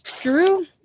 Drew